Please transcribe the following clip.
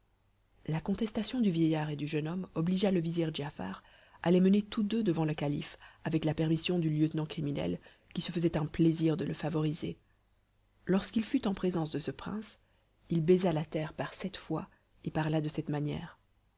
la contestation du vieillard et du jeune homme obligea le vizir giafar à les mener tous deux devant le calife avec la permission du lieutenant criminel qui se faisait un plaisir de le favoriser lorsqu'il fut en présence de ce prince il baisa la terre par sept fois et parla de cette manière